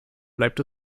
bleibt